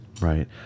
right